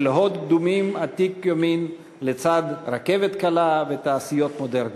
של הוד קדומים עתיק יומין לצד רכבת קלה ותעשיות מודרניות.